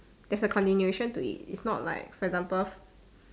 there's a continuation to it it's not like for example